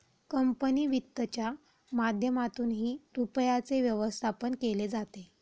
company वित्तच्या माध्यमातूनही रुपयाचे व्यवस्थापन केले जाते